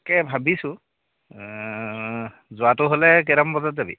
তাকে ভাবিছোঁ এ যোৱাটো হ'লে কেইটামান বজাত যাবি